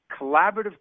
Collaborative